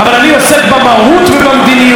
אבל אני עוסק במהות ובמדיניות.